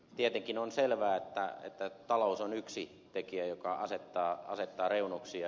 tietenkin on selvää että talous on yksi tekijä joka asettaa reunuksia